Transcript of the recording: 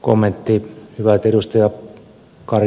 on hyvä että ed